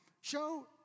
Show